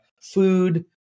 food